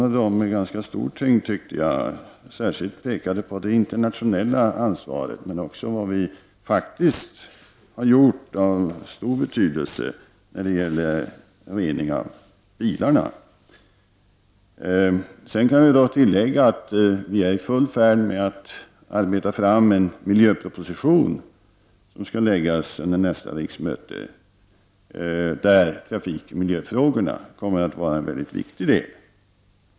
Jag tycker att jag ganska kraftfullt betonade dessa. Särskilt pekade jag ju på det internationella ansvaret men också på vad vi faktiskt har gjort och som är av stor betydelse när det gäller reningen av utsläppen från bilarna. Sedan kan jag tillägga att vi är i full färd med att arbeta fram en miljöpro position. Denna skall presenteras under nästa riksmöte, och där kommer trafikoch miljöfrågorna att utgöra en väldigt viktig del.